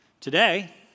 Today